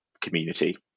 community